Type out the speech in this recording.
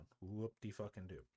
Whoop-de-fucking-do